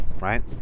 right